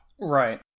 Right